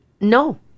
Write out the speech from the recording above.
No